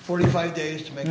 forty five days to m